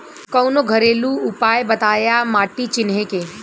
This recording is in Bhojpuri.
कवनो घरेलू उपाय बताया माटी चिन्हे के?